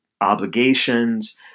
obligations